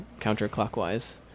counterclockwise